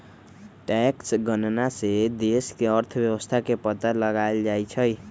tax गणना से देश के अर्थव्यवस्था के पता लगाएल जाई छई